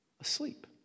Asleep